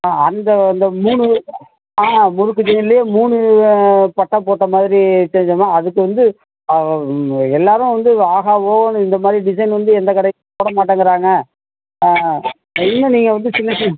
ஆ அந்த அந்த மூணு ஆ முறுக்கு செயின்லே மூணு பட்டை போட்ட மாதிரி செஞ்சோல்ல அதுக்கு வந்து எல்லோரும் வந்து ஆஹா ஓஹோன்னு இந்த மாதிரி டிசைன் வந்து எந்த கடையிலேயும் போட மாட்டேங்கிறாங்க ஆ இன்னும் நீங்கள் வந்து சின்ன சின்